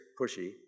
pushy